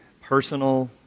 personal